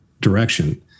direction